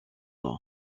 nom